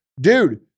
dude